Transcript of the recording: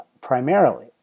primarily